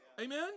Amen